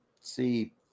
see